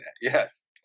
Yes